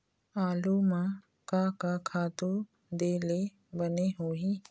आलू म का का खातू दे ले बने होही?